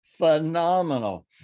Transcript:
Phenomenal